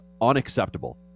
unacceptable